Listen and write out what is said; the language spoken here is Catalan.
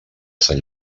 sant